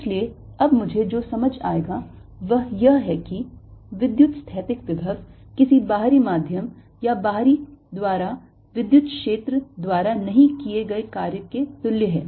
इसलिए अब मुझे जो समझ आएगा वह यह है कि विद्युतस्थैतिक विभव किसी बाहरी माध्यम या बाहरी द्वारा विद्युत क्षेत्र द्वारा नहीं किए गए कार्य के तुल्य है